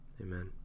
Amen